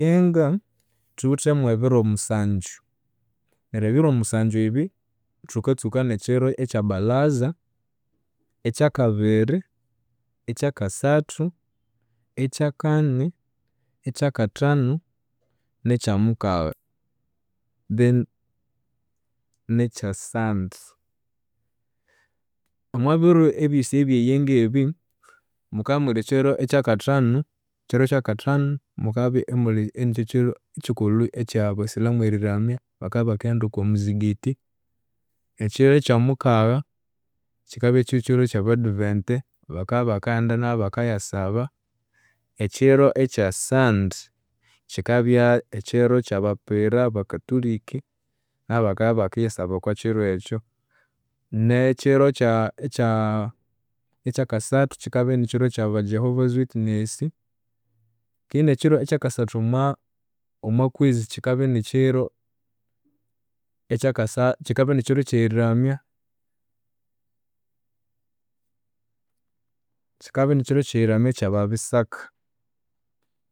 Omwayenga thuwithemu ebiro musanju. Neryo ebiro musanju ebi, thukatsuka nekyiro ekya kyabalaza, ekyakabiri, ekyakasathu, ekyakani ekyakathanu, nekyamukagha then nekyasandi. Omwabiro ebyosi ebyeyenga ebi, mukabya imuli ekyiro ikyakathanu, ekyiro kyakathanu mukabya imuli inikyo kyiro kyikulhu ekyabasilamu eriramya, bakabya ibakaghenda okwamuzigiti. Ekyiro ekyomukagha, kyikabya kyekyiro ekyabaduventi bakabya ibakaghenda nabu ibakayasaba, ekyiro ekyasandi kyikabya ekyiro kyabapira abakatuliki, nabu bakabya ibakiyasaba okwakyiro ekyu. Nekyiro kya- kya- ekyakasathu, kyikabya inikyiro ekyaba Jehovah's witness. Keghe nekyiro ekyakasathu omwa omwakwezi kyikabya inikyiro ekyeririramya, kyikabya inikyiro ekyeriramya ekyababisaka.